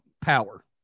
power